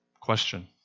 Question